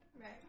Right